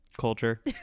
Culture